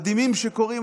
על דברים מדהימים שקורים.